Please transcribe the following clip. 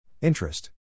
Interest